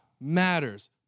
matters